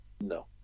No